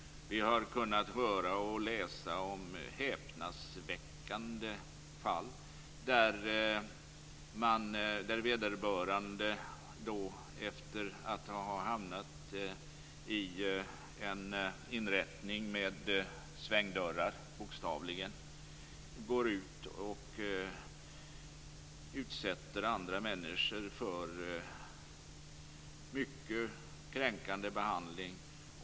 Vi har kunnat höra och läsa om häpnadsväckande fall där vederbörande efter att ha hamnat i en inrättning med svängdörrar, bokstavligen, går ut och utsätter andra människor för mycket kränkande behandling.